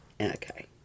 Okay